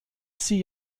sie